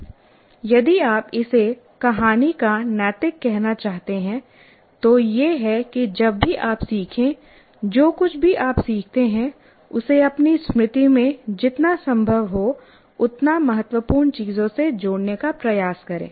यदि आप इसे कहानी का नैतिक कहना चाहते हैं तो यह है कि जब भी आप सीखें जो कुछ भी आप सीखते हैं उसे अपनी स्मृति में जितना संभव हो उतना महत्वपूर्ण चीजों से जोड़ने का प्रयास करें